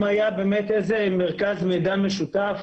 אם היה באמת מרכז מידע על ארגוני משותף